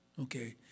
okay